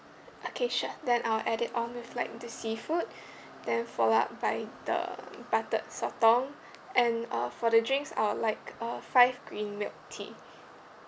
okay sure then I'll add it on with like the seafood then follow up by the buttered sotong and uh for the drinks I will like uh five green milk tea